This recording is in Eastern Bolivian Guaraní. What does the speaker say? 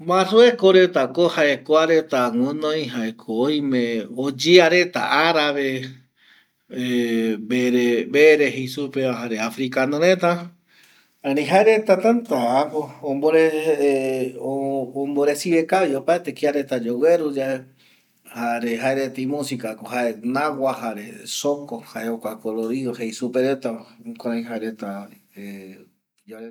Marrueko retako jae kuareta guɨnoi jaeko oime oyeara reta arabe, vere vere jeisupeva jare africano reta erei jaereta täta omboresive kavi opaete kia reta yogueru yae jare jaereta imusikako nagua jare zoko jae jokua colorido jei supa retava jukurai jae reta iyarete